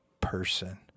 person